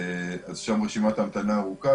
אז שם רשימת ההמתנה ארוכה,